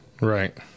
Right